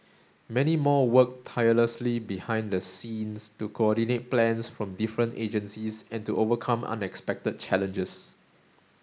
many more worked tirelessly behind the scenes to coordinate plans from different agencies and to overcome unexpected challenges